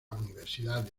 universidad